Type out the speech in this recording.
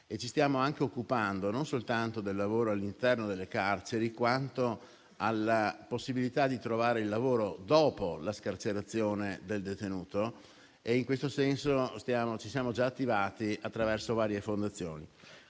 Ci stiamo anche occupando, non soltanto del lavoro all'interno delle carceri, quanto della possibilità di trovare il lavoro dopo la scarcerazione del detenuto e in questo senso ci siamo già attivati attraverso varie fondazioni.